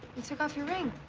and took off your ring.